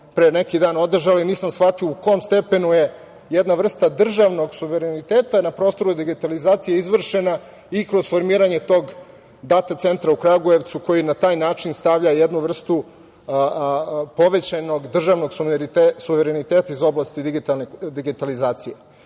pre neki dan održali nisam shvatio u kom stepenu je jedna vrsta državnog suvereniteta na prostoru digitalizacije izvršena i kroz formiranje tog Data centra u Kragujevcu koji na taj način stavlja jednu vrstu povećanog državnog suvereniteta iz oblasti digitalizacije. Dakle,